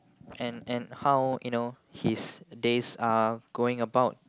and and how you know his days are going about